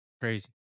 Crazy